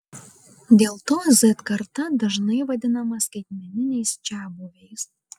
dėl to z karta dažnai vadinama skaitmeniniais čiabuviais